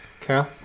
Carol